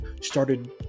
started